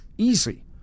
Easy